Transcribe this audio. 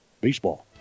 Baseball